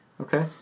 Okay